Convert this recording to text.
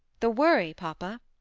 the worry, papa?